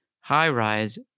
high-rise